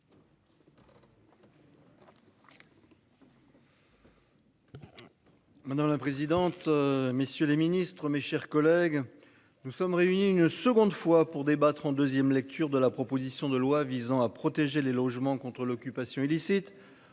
Madame la présidente, messieurs les ministres, mes chers collègues, nous sommes réunis une seconde fois pour débattre en 2ème lecture de la proposition de loi visant à protéger les logements contre l'occupation illicite